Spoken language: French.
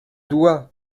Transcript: doigt